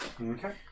okay